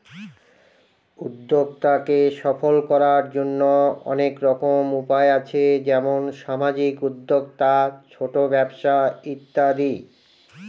উদ্যক্তাকে সফল করার জন্য অনেক রকম উপায় আছে যেমন সামাজিক উদ্যোক্তা, ছোট ব্যবসা ইত্যাদি